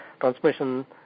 transmission